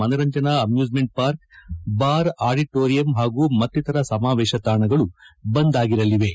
ಮನರಂಜನಾ amusement park bar auditorium ಹಾಗೂ ಮತ್ತಿತರ ಸಮಾವೇಶ ಹಾಣಗಳು ಬಂದ್ ಆಗಿರಲಿವೆ